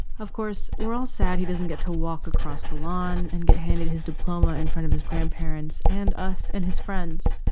of course, we're all sad. he doesn't get to walk across the lawn and get handed his diploma in front of his grandparents and us and his friends.